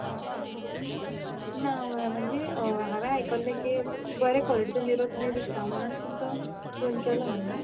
आं आं मा म्हणजे हांवे आयकल्लें बरे कोलिटीचो निरो तुमी विकता म्हूणून तुमकां फोन केलो हावेन